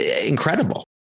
incredible